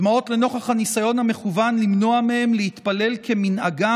דמעות לנוכח הניסיון המכוון למנוע מהם להתפלל כמנהגם,